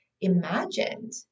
imagined